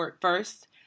first